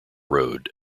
road